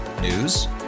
News